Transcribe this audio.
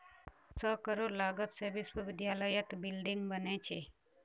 सौ करोड़ लागत से विश्वविद्यालयत बिल्डिंग बने छे